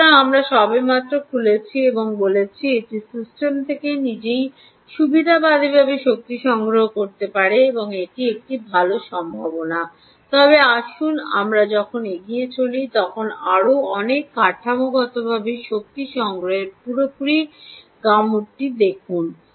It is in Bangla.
সুতরাং আমরা সবেমাত্র খুলেছি এবং বলেছি এটি সিস্টেম থেকে নিজেই সুবিধাবাদীভাবে শক্তি সংগ্রহ করতে পারে এটির একটি ভাল সম্ভাবনা তবে আসুন আমরা যখন এগিয়ে চলি তখন আরও অনেক কাঠামোগতভাবে শক্তি সংগ্রহের পুরো গামুটটি দেখুন